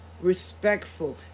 respectful